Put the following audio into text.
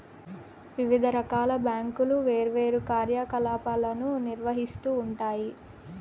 వివిధ రకాల బ్యాంకులు వేర్వేరు కార్యకలాపాలను నిర్వహిత్తూ ఉంటాయి